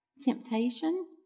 temptation